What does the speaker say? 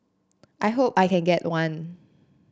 I hope I can get one